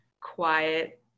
quiet